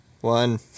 One